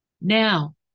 now